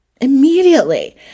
Immediately